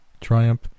triumph